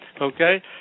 Okay